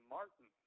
Martin